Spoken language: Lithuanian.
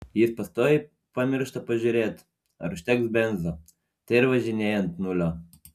jis pastoviai pamiršta pažiūrėt ar užteks benzo tai ir važinėja ant nulio